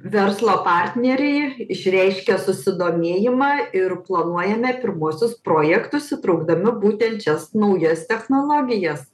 verslo partneriai išreiškė susidomėjimą ir planuojame pirmuosius projektus įtraukdami būtent šias naujas technologijas